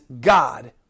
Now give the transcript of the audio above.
God